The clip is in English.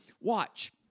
watch